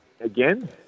again